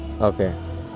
okay